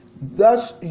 Thus